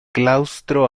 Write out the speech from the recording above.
claustro